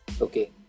Okay